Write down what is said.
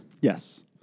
Yes